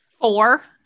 four